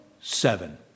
seven